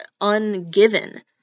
ungiven